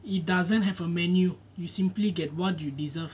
it doesn't have a menu you simply get what you deserve